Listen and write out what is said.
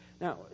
now